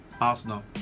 Arsenal